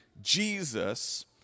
Jesus